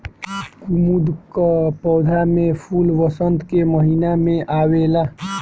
कुमुद कअ पौधा में फूल वसंत के महिना में आवेला